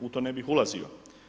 U to ne bih ulazio.